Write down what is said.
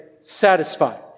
satisfied